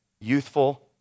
youthful